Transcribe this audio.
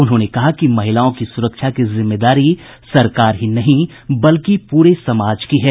उन्होंने कहा कि महिलाओं की सुरक्षा की जिम्मेदारी सरकार ही नहीं बल्कि पूरे समाज की है